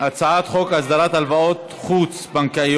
ההצעה לכלול את הנושא בסדר-היום של הכנסת לא נתקבלה.